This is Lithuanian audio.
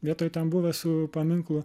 vietoj ten buvusių paminklų